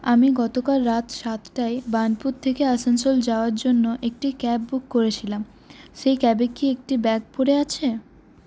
আমি গতকাল রাত সাতটায় বার্নপুর থেকে আসানসোল যাওয়ার জন্য একটি ক্যাব বুক করেছিলাম সেই ক্যাবে কি একটি ব্যাগ পড়ে আছে